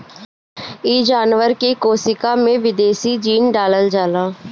इ जानवर के कोशिका में विदेशी जीन डालल जाला